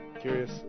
Curious